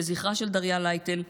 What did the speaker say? לזכרה של דריה לייטל,